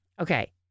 okay